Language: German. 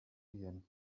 indien